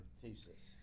thesis